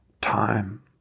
time